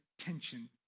attention